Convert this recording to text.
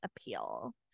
appeal